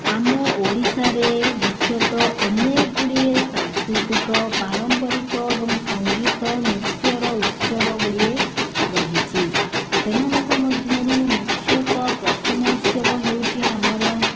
ଆମ ଓଡ଼ିଶାରେ ମୁଖ୍ୟତଃ ଅନେକଗୁଡ଼ିଏ ସାଂସ୍କୃତିକ ପାରମ୍ପରିକ ଏବଂ ସଙ୍ଗୀତ ନୃତ୍ୟର ଉତ୍ସବ ଗୁଡ଼ିଏ ରହିଛି ସେମାନଙ୍କ ମଧ୍ୟରୁ ମୁଖ୍ୟତ ପ୍ରଥମ ଉତ୍ସବ ହେଉଛି ଆମର